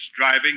driving